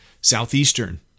Southeastern